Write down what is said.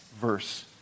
verse